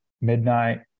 midnight